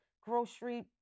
grocery